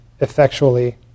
effectually